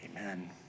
Amen